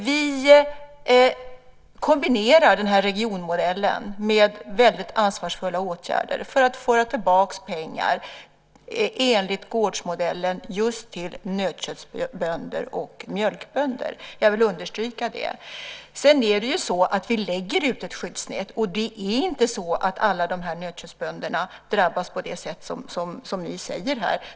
Vi kombinerar regionmodellen med väldigt ansvarsfulla åtgärder för att föra tillbaka pengar enligt gårdsmodellen till nötköttsbönder och mjölkbönder, det vill jag understryka. Sedan lägger vi ut ett skyddsnät. Alla nötköttsproducenter drabbas inte på det sätt som ni anger här.